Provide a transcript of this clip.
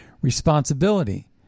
responsibility